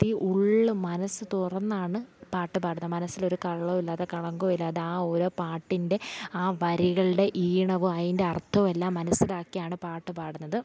ഉള്ള് മനസ്സു തുറന്നാണ് പാട്ടു പാടുന്നത് മനസ്സിലൊരു കള്ളവുമില്ലാതെ കളങ്കമില്ലാതെ ആ ഓരോ പാട്ടിൻ്റെ വരികളുടെ ഈണവും അതിൻ്റർദ്ധവുമെല്ലാം മനസ്സിലാക്കിയാണ് പാട്ടു പാടുന്നത്